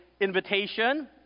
invitation